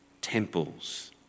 temples